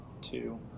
two